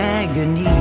agony